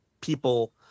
people